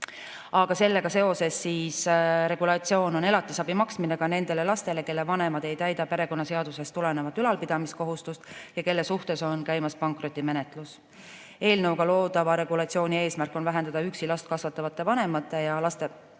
Sellega seotud regulatsioon on elatisabi maksmine ka nendele lastele, kelle vanemad ei täida perekonnaseadusest tulenevat ülalpidamiskohustust ja kelle suhtes on käimas pankrotimenetlus. Eelnõuga loodava regulatsiooni eesmärk on vähendada üksi last kasvatavate vanemate ja nende